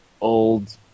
old